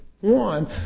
one